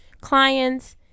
clients